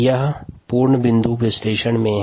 यह सभी बिन्दुओं पर विश्लेषण के बारे में है